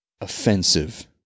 offensive